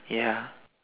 ya